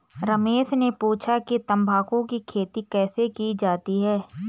रमेश ने पूछा कि तंबाकू की खेती कैसे की जाती है?